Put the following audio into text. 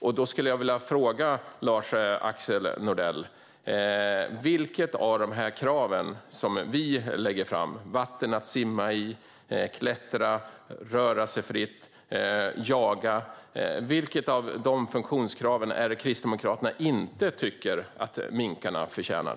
Jag skulle vilja fråga Lars-Axel Nordell vilket av de funktionskrav som vi lägger fram - vatten att simma i och möjlighet att klättra, röra sig fritt och jaga - som Kristdemokraterna inte tycker att minkarna förtjänar.